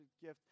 gift